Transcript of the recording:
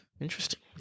Interesting